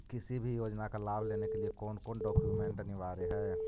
किसी भी योजना का लाभ लेने के लिए कोन कोन डॉक्यूमेंट अनिवार्य है?